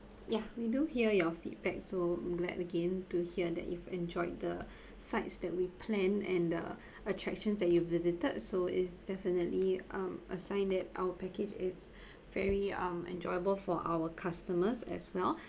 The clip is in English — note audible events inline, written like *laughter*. ya we do hear your feedback so I'm glad again to hear that you've enjoyed the *breath* sites that we planned and the *breath* attractions that you've visited so it's definitely um a sign that our package it's *breath* very um enjoyable for our customers as well